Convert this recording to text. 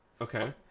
Okay